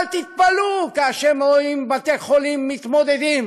אל תתפלאו כאשר רואים בתי-חולים מתמודדים